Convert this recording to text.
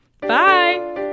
Bye